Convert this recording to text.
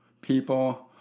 people